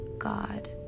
god